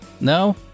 No